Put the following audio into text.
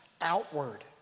outward